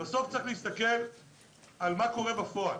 בסוף צריך להסתכל על מה קורה בפועל.